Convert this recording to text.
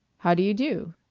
how do you do?